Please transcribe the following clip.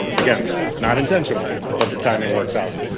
again not intentional, but the timing works out.